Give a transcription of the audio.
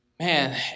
Man